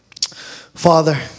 Father